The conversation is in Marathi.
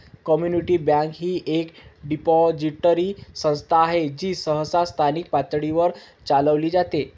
कम्युनिटी बँक ही एक डिपॉझिटरी संस्था आहे जी सहसा स्थानिक पातळीवर चालविली जाते